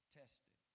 tested